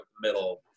middle